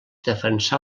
defensar